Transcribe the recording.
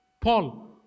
Paul